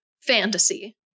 fantasy